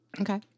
Okay